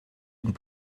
und